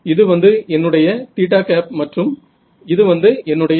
இது வந்து என்னுடைய மற்றும் இது வந்து என்னுடைய